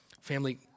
Family